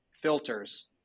filters